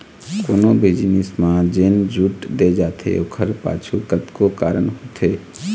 कोनो भी जिनिस म जेन छूट दे जाथे ओखर पाछू कतको कारन होथे